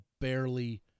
barely